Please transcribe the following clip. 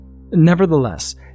Nevertheless